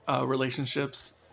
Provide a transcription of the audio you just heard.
relationships